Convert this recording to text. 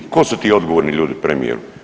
Ko su ti odgovorni ljudi premijeru?